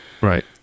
Right